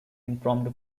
impromptu